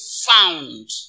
found